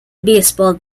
baseball